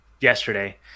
yesterday